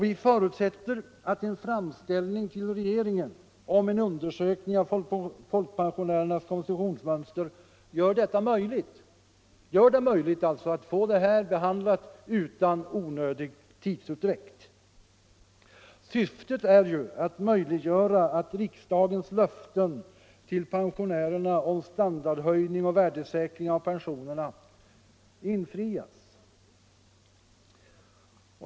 Vi förutsätter att en framställning till regeringen om en undersökning av folkpensionärernas konsumtionsmönster gör det möjligt att få detta spörsmål behandlat utan onödig tidsutdräkt. Syftet är ju att möjliggöra att riksdagens löften till pensionärerna om standardhöjning och värdesäkring av pensionerna infrias.